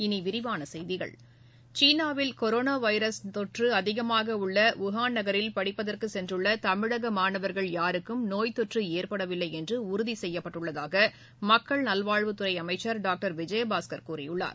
இனி விரிவான செய்திகள் சீனாவில் கொரோனா வைரஸ் தொற்று அதிகமாக உள்ள வுஹான் நகரில் படிப்பதற்கு சென்றுள்ள தமிழக மாணவர்கள் யாருக்கும் நோய் தொற்று ஏற்படவில்லை என்று உறுதி செய்யப்பட்டுள்ளதாக மக்கள் நல்வாழ்வுத் துறை அமைச்சர் டாக்டர் விஜயபாஸ்கர் கூறியுள்ளார்